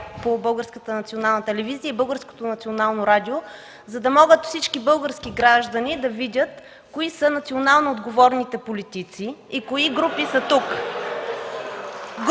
радио, за да могат всички български граждани да видят кои са национално отговорните политици и кои групи са тук. (Шум